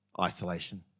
isolation